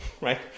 right